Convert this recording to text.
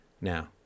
Now